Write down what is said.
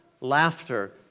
Laughter